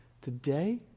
today